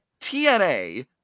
TNA